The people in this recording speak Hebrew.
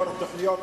התוכניות